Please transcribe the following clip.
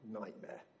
nightmare